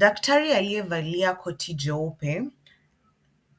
Daktari aliyevalia koti jeupe